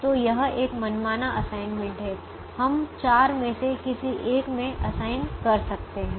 तो यह एक मनमाना असाइनमेंट है हम 4 में से किसी एक में असाइन कर सकते हैं